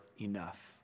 enough